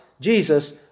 Jesus